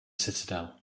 citadel